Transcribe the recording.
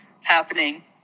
happening